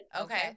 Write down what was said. Okay